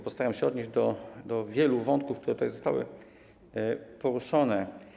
Postaram się odnieść do wielu wątków, które tutaj zostały poruszone.